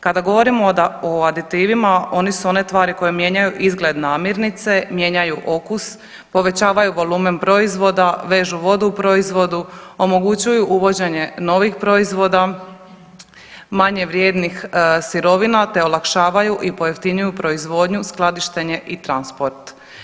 Kada govorimo o aditivima, oni su one tvari koje mijenjaju izgled namirnice, mijenjanju okus, povećavaju volumen proizvoda, vežu vodu u proizvodu, omogućuju uvođenje novih proizvoda, manje vrijednih sirovina, te olakšavaju i pojeftinjuju proizvodnju, skladištenje i transport.